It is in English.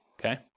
okay